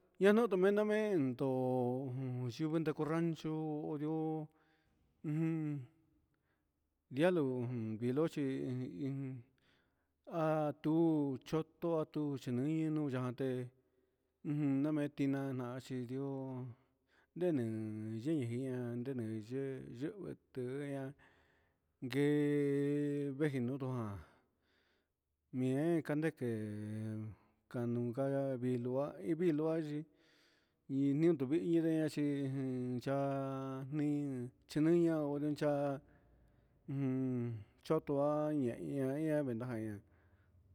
Nañuu tumen namento yuñuu tu rancho ko nrio ujun ndarió, vilo chi iin atu choto chinuino yante, uun namen tiná na xhinrió nreden inguiá nreden yee yenguetiaña, ngue vengueniutua jan mien kandeké, kalunka iin vilo vilo ka chídintio indiña chí ya'á nin chininña onrecha un choto há ñaña ventajaña.